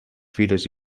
fires